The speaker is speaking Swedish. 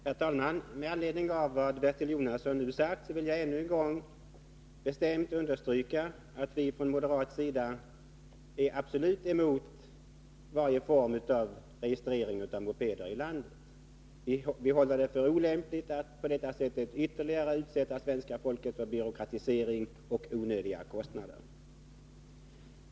Herr talman! Med anledning av vad Bertil Jonasson nyss sade vill jag ännu en gång bestämt understryka att vi moderater är absolut emot varje form av registrering av mopeder i detta land. Vi anser det olämpligt att på detta sätt ytterligare utsätta svenska folket för byråkratisering och onödiga kostnader.